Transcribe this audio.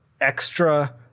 extra